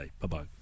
Bye-bye